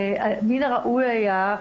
מן הראוי היה,